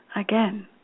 again